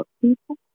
people